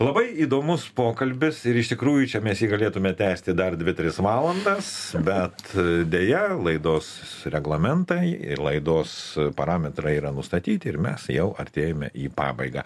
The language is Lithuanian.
labai įdomus pokalbis ir iš tikrųjų čia mes jį galėtume tęsti dar dvi tris valandas bet deja laidos reglamentai ir laidos parametrai yra nustatyti ir mes jau artėjame į pabaigą